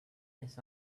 this